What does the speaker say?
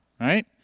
right